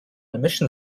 emission